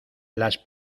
las